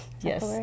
yes